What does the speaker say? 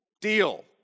Deal